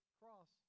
cross